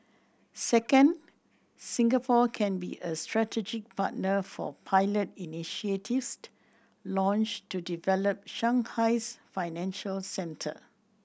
second Singapore can be a strategic partner for pilot initiatives launched to develop Shanghai's financial centre